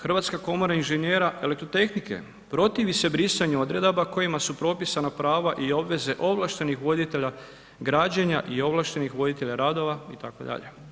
Hrvatska komora inženjera elektrotehnike protivi se brisanju odredaba kojima su propisana prava i obveze ovlaštenih voditelja građenja i ovlaštenih voditelja radova itd.